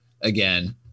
again